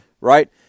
right